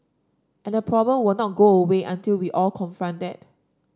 and the problem will not go away until we all confront that